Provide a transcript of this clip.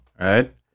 right